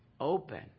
open